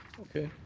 okay.